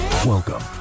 Welcome